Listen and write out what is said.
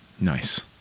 Nice